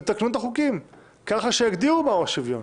תתקנו את החוקים ככה שיגדירו מהו שוויון,